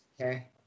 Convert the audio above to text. okay